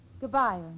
Goodbye